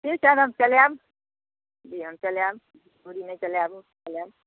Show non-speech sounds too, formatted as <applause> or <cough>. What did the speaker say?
<unintelligible> चलायब <unintelligible> चलायब